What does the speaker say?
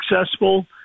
successful